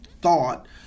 thought